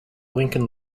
lincoln